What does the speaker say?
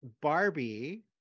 Barbie